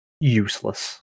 useless